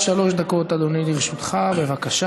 עד שלוש דקות, אדוני, לרשותך, בבקשה.